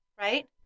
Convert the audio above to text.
right